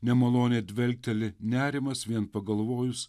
nemalone dvelkteli nerimas vien pagalvojus